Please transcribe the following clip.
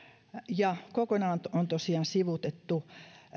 kokonaan on tosiaan sivuutettu